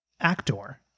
actor